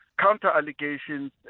counter-allegations